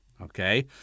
Okay